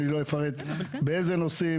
אני לא אפרט באיזה נושאים,